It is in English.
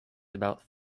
about